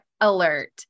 alert